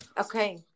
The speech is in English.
Okay